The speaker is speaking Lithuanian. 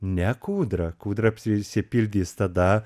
ne kūdra kūdra prisipildys tada